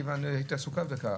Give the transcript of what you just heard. מכיוון שהיית עסוקה דקה,